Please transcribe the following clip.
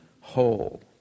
whole